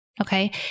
Okay